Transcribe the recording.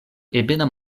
ebena